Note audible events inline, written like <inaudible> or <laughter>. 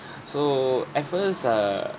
<breath> so at first err